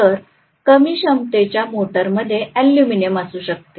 तर कमी क्षमतेच्या मोटरमध्ये एल्युमिनियम असू शकते